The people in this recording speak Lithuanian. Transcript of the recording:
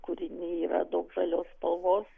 kūriny yra daug žalios spalvos